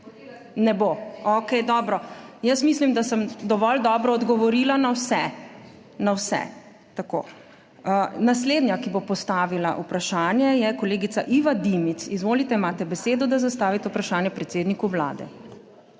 ne bo, okej. Dobro. Mislim, da sem dovolj dobro odgovorila na vse. Na vse. Tako. Naslednja, ki bo postavila vprašanje, je kolegica Iva Dimic. Izvolite, imate besedo, da zastavite vprašanje predsedniku Vlade.